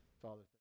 Father